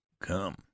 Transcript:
come